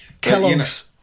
Kellogg's